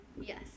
Yes